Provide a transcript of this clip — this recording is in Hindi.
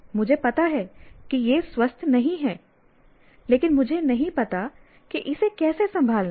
मुझे पता है कि यह स्वस्थ नहीं है लेकिन मुझे नहीं पता कि इसे कैसे संभालना है